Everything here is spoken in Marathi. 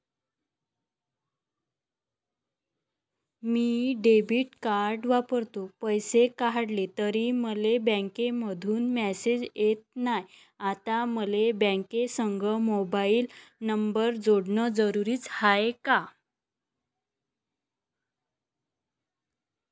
मी डेबिट कार्ड वापरतो, पैसे काढले तरी मले बँकेमंधून मेसेज येत नाय, आता मले बँकेसंग मोबाईल नंबर जोडन जरुरीच हाय का?